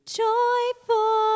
joyful